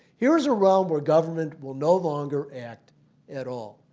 here is a realm where government will no longer act at all.